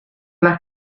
las